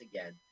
again